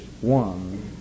one